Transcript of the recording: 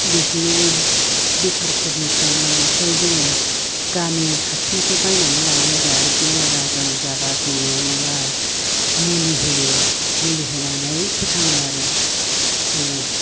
बिदिनो बेफारफोरनिफ्राय मानिफ्राय जोङो गामि खाथिनिफ्राय बायनानै लायो आरो आरो बेमार आजार जाबा जोङो माबा मुलि होयो मुलि होनानै फोथाङो आरो जोङो